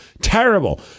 Terrible